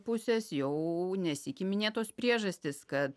pusės jau nesykį minėtos priežastys kad